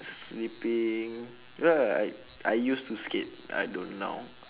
sleeping you know that I I used to skate I don't now